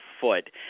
foot